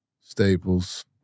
staples